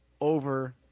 over